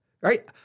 right